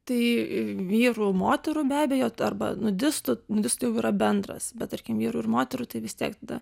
tai vyrų moterų be abejo arba nudistų nudistų jau yra bendras bet tarkim vyrų ir moterų tai vis tiek tada